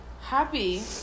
happy